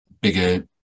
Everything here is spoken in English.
bigger